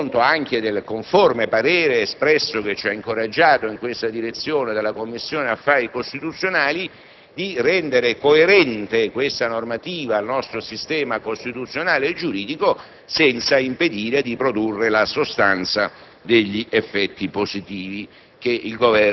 tenendo anche conto del conforme parere espresso - che ci ha incoraggiato in questa direzione - dalla Commissione affari costituzionali, di rendere coerente questa normativa al nostro sistema costituzionale e giuridico, senza impedire di produrre la sostanza degli effetti positivi